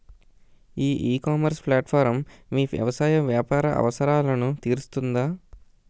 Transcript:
ఈ ecommerce platform మీ వ్యవసాయ వ్యాపార అవసరాలను తీరుస్తుందా?